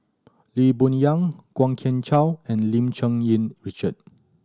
Lee Boon Yang Kwok Kian Chow and Lim Cherng Yih Richard